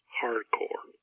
hardcore